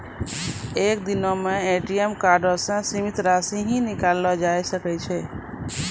एक दिनो मे ए.टी.एम कार्डो से सीमित राशि ही निकाललो जाय सकै छै